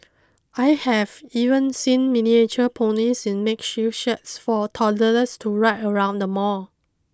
I have even seen miniature ponies in makeshift sheds for toddlers to ride around the mall